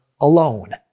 alone